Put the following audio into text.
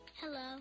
Hello